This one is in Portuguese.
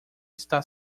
está